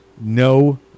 no